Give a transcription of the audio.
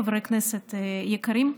חברי כנסת יקרים,